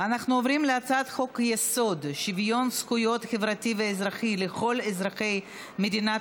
אני קובעת כי הצעת חוק התוכנית להבראת כלכלת ישראל (תיקוני